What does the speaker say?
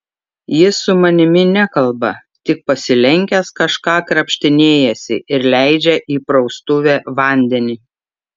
jis su manimi nekalba tik pasilenkęs kažką krapštinėjasi ir leidžia į praustuvę vandenį